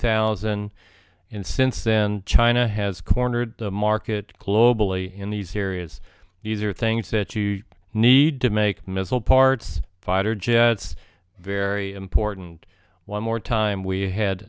thousand in since then china has cornered the market globally in these areas these are things that you need to make missile parts fighter jets very important one more time we had